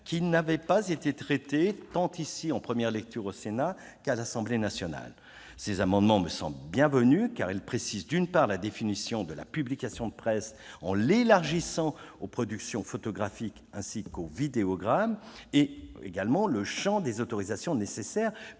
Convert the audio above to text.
qui n'avaient pas été traitées en première lecture tant au Sénat qu'à l'Assemblée nationale. Ces amendements me semblent bienvenus, car ils tendent à préciser, d'une part, la définition de la publication de presse en l'élargissant aux productions photographiques ainsi qu'aux vidéogrammes et le champ des autorisations nécessaires